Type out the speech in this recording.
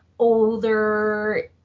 Older